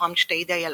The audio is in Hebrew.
מתוכם שתי דיילות.